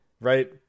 right